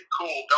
cool